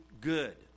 good